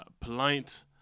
polite